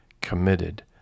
committed